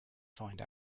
find